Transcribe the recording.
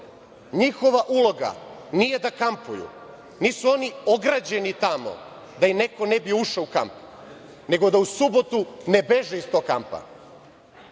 Njihova uloga nije da kampuju, nisu oni ograđeni tamo da im neko ne bi ušao u kamp, nego da u subotu ne beže iz tog kampa.